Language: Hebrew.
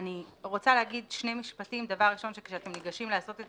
מצפה שלקראת הדיון הבא אולי יהיה כאן נציג הרשות להגבלים עסקיים שיציג